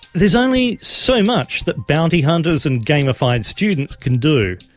there's only so much that bounty hunters and gamified students can do.